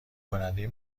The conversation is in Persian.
کننده